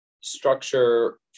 structure